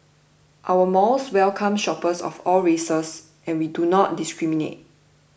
our malls welcome shoppers of all races and we do not discriminate